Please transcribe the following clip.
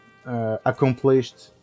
Accomplished